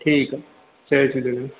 ठीकु आहे जय झूलेलाल